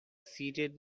seated